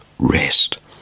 Rest